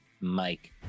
Mike